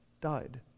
died